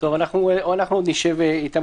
אנחנו עוד נשב איתם,